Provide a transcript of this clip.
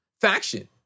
faction